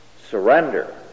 surrender